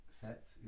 sets